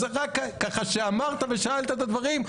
אז רק ככה כשאמרת ושאלת את הדברים,